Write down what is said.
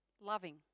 loving